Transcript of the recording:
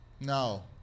no